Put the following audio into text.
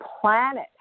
planet